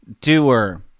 doer